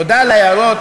תודה על ההערות,